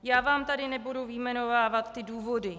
Já vám tady nebudu vyjmenovávat ty důvody.